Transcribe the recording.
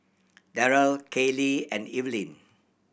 Derrell Kailey and Evelyne